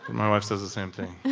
my wife says the same thing.